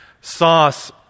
sauce